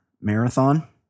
marathon